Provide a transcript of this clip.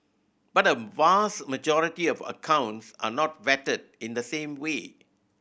but a vast majority of accounts are not vetted in the same way